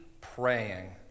praying